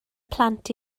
plant